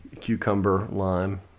cucumber-lime